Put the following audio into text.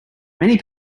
many